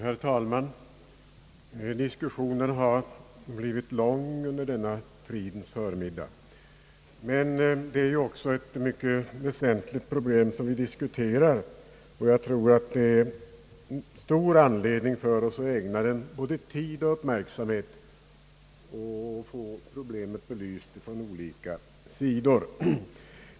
Herr talman! Diskussionen har blivit lång under denna fridens förmiddag, men det är ju också ett mycket väsentligt problem vi diskuterar, och jag tror att det finns stor anledning för oss att ägna tid och uppmärksamhet åt att få problemet belyst från olika sidor.